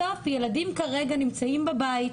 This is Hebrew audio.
בסוף ילדים כרגע נמצאים בבית,